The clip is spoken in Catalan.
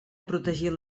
protegir